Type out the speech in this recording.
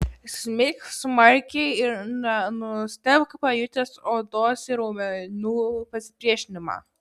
smeik smarkiai ir nenustebk pajutęs odos ir raumenų pasipriešinimą